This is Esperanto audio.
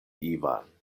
ivan